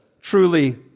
truly